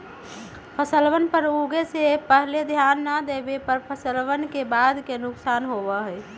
फसलवन पर उगे से पहले ध्यान ना देवे पर फसलवन के बाद के नुकसान होबा हई